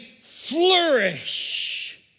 flourish